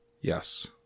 Yes